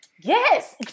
yes